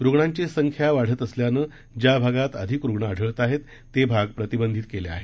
रुग्णांची संख्या वाढत असल्यानं ज्या भागात अधिक रुग्ण आढळत आहेत ते भाग प्रतिबंधित केले आहेत